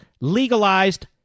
legalized